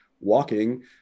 walking